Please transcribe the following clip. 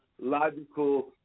logical